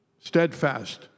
Steadfast